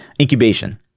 incubation